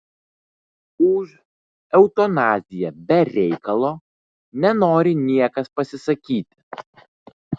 už eutanaziją be reikalo nenori niekas pasisakyti